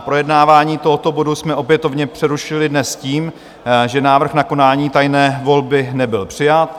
Projednávání tohoto bodu jsme opětovně přerušili dnes s tím, že návrh na konání tajné volby nebyl přijat.